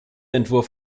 entwurf